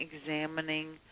examining